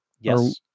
Yes